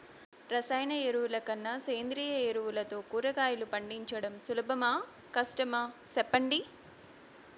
రసాయన ఎరువుల కన్నా సేంద్రియ ఎరువులతో కూరగాయలు పండించడం సులభమా కష్టమా సెప్పండి